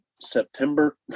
September